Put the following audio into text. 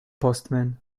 postman